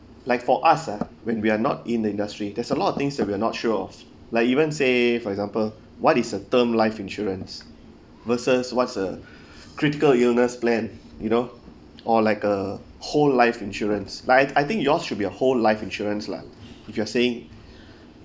like for us ah when we are not in the industry there is a lot of things that we are not sure of like even say for example what is a term life insurance versus what's a critical illness plan you know or like a whole life insurance like I I think yours should be a whole life insurance lah if you are saying